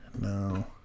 No